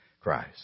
Christ